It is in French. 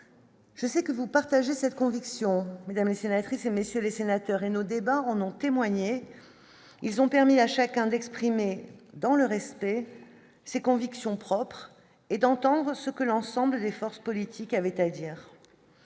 je sais que vous partagez cette conviction et sénatrices et messieurs les sénateurs et nos débats en ont témoigné, ils ont permis à chacun d'exprimer, dans le respect, ses convictions propres et d'entendre ce que l'ensemble des forces politiques avaient à dire,